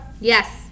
yes